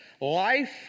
life